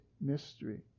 Mystery